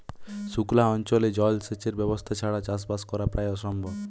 সুক্লা অঞ্চলে জল সেচের ব্যবস্থা ছাড়া চাষবাস করা প্রায় অসম্ভব